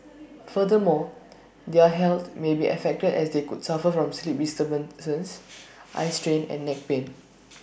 furthermore their health may be affected as they could suffer from sleep disturbances eye strain and neck pain